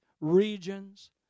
regions